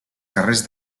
carrers